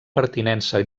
pertinença